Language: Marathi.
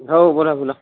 हो बोला बोला